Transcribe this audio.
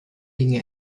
dinge